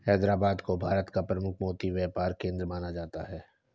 हैदराबाद को भारत का प्रमुख मोती व्यापार केंद्र माना जाता है